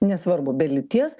nesvarbu be lyties